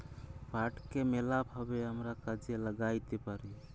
পাটকে ম্যালা ভাবে আমরা কাজে ল্যাগ্যাইতে পারি